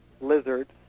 lizards